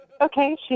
Okay